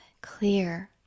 clear